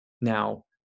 Now